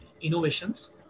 innovations